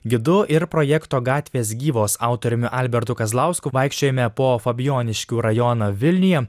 gidu ir projekto gatvės gyvos autoriumi albertu kazlausku vaikščiojome po fabijoniškių rajoną vilniuje